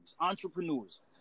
entrepreneurs